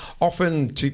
Often